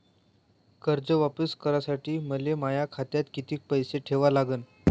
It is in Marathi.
कर्ज वापिस करासाठी मले माया खात्यात कितीक पैसे ठेवा लागन?